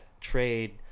trade